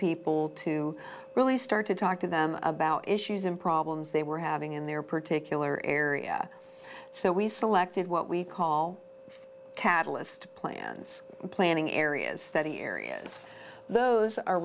people to really start to talk to them about issues and problems they were having in their particular area so we selected what we call catalyst plans planning areas study areas those are